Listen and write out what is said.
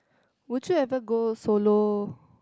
would you ever go solo